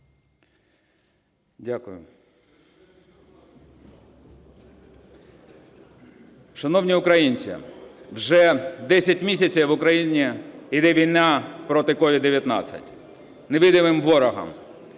Дякую. Шановні українці, вже 10 місяців в Україні йде війна проти COVID-19 – невидимий ворог.